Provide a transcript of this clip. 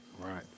Right